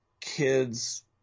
kids